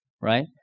right